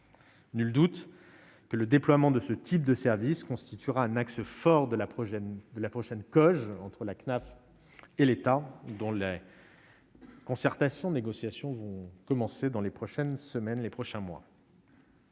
Nul doute que le déploiement de ce type de service constituera un axe fort de la prochaine la prochaine cause entre la CNAM et l'État dans l'lait. Concertation négociations vont commencer dans les prochaines semaines, les prochains mois.